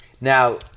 Now